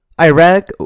Iraq